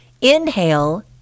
Inhale